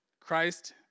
Christ